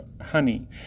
honey